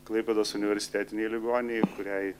klaipėdos universitetinei ligoninei kuriai